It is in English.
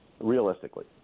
realistically